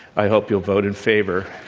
i hope you'll vote in favor